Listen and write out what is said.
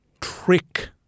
trick